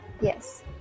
Yes